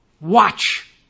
watch